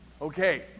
Okay